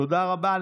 תודה רבה.